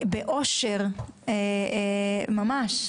ממש,